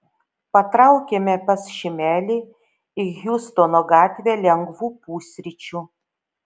patraukėme pas šimelį į hjustono gatvę lengvų pusryčių